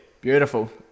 Beautiful